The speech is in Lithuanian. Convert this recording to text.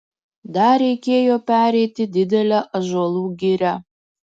dar reikėjo pereiti didelę ąžuolų girią